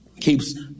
keeps